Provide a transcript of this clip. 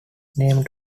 named